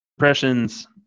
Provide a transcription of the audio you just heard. impressions